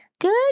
Good